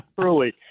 Truly